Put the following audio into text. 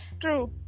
true